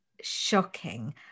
shocking